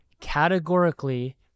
categorically